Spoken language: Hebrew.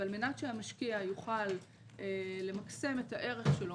ועל מנת שהמשקיע יוכל למקסם את הערך שלו